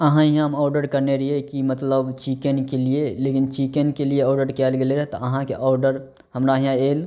अहाँ हिआँ हम ऑडर करने रहिए कि मतलब चिकेनके लिए लेकिन चिकेनके लिए ऑडर कएल गेल रहै तऽ अहाँके ऑडर हमरा हिआँ आएल